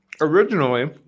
Originally